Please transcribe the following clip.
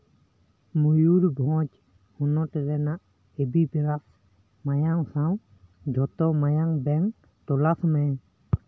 ᱢᱚᱭᱩᱨᱵᱷᱚᱸᱧᱡᱽ ᱦᱚᱱᱚᱛ ᱨᱮᱱᱟᱜ A B plus ᱢᱟᱭᱟᱝ ᱥᱟᱶ ᱡᱷᱚᱛᱚ ᱢᱟᱭᱟᱝ ᱵᱮᱝᱠ ᱛᱚᱞᱟᱥ ᱢᱮ